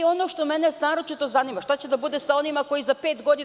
Ono što me naročito zanima, šta će da bude sa onima koji za pet godina…